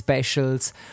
Specials